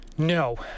no